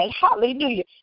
Hallelujah